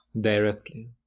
directly